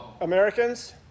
Americans